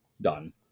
done